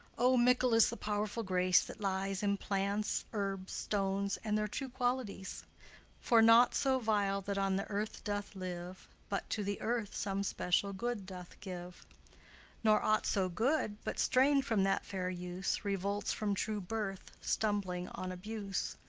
o, mickle is the powerful grace that lies in plants, herbs, stones, and their true qualities for naught so vile that on the earth doth live but to the earth some special good doth give nor aught so good but, strain'd from that fair use, revolts from true birth, stumbling on abuse.